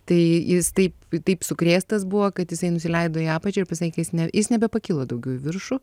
tai jis taip taip sukrėstas buvo kad jisai nusileido į apačią ir pasakė jis ne jis nebepakilo daugiau į viršų